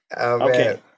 Okay